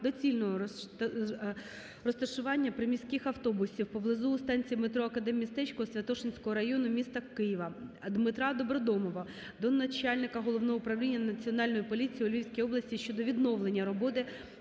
доцільного розташування приміських автобусів поблизу станції метро "Академмістечко" Святошинського району міста Києва. Дмитра Добродомова до начальника Головного управління Національної поліції у Львівській області щодо відновлення роботи